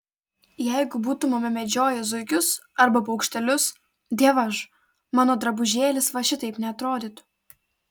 jeigu būtumėme medžioję zuikius arba paukštelius dievaž mano drabužėlis va šitaip neatrodytų